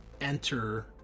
enter